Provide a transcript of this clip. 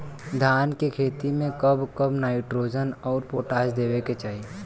धान के खेती मे कब कब नाइट्रोजन अउर पोटाश देवे के चाही?